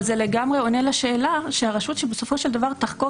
אבל זה לגמרי עונה על השאלה שהרשות שבסופו של דבר תחקור